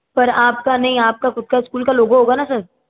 पर आपका नहीं आपका खुद का स्कूल का लोगो होगा ना सर